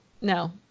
no